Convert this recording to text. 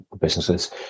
businesses